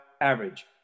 average